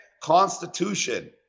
constitution